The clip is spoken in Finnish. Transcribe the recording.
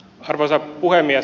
arvoisa puhemies